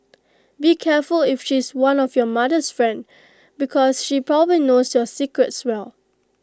be careful if she's one of your mother's friend because she probably knows your secrets as well